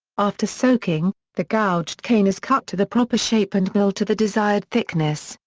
after soaking, the gouged cane is cut to the proper shape and milled to the desired thickness,